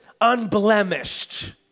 unblemished